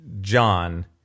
John